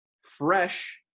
fresh